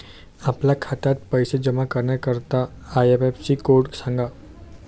आपल्या खात्यात पैसे जमा करण्याकरता आय.एफ.एस.सी कोड सांगा